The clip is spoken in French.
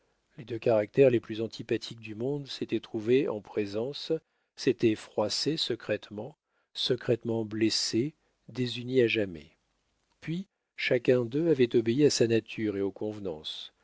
les deux caractères les plus antipathiques du monde s'étaient trouvés en présence s'étaient froissés secrètement secrètement blessés désunis à jamais puis chacun d'eux avait obéi à sa nature et aux convenances